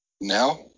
Now